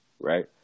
right